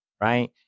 right